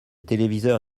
téléviseur